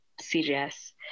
serious